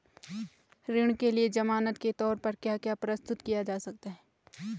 ऋण के लिए ज़मानात के तोर पर क्या क्या प्रस्तुत किया जा सकता है?